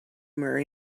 marry